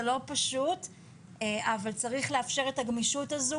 זה לא פשוט אבל צריך לאפשר את הגמישות הזו